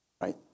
right